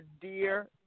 dear